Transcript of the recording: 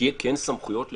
שיהיו כן סמכויות לפקח,